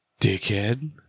Dickhead